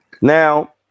Now